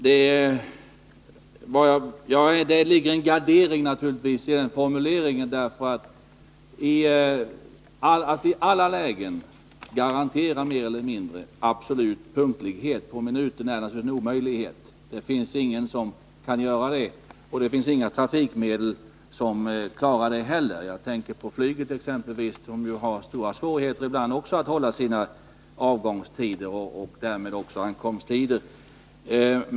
Det ligger naturligtvis en gardering i formuleringen ”acceptabel punktlighet”, därför att det är omöjligt att i alla lägen garantera absolut punktlighet, en punktlighet på minuten. Det finns ingen som kan göra det, och det finns heller inte några trafikmedel som kan klara en sådan punktlighet. Jag tänker på exempelvis flyget, som ju ibland också har stora svårigheter att hålla sina avgångstider och därmed också ankomsttider.